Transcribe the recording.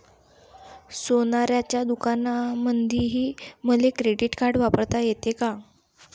सोनाराच्या दुकानामंधीही मले क्रेडिट कार्ड वापरता येते का?